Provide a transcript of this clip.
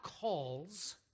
calls